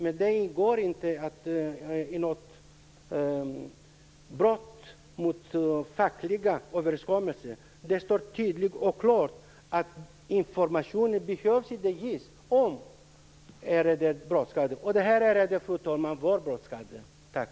Men det är inte något brott i fråga om fackliga överenskommelser. Det står tydligt och klart att information inte behöver ges om ärendet brådskar. Och det här ärendet, fru talman, var brådskande. Tack!